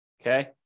Okay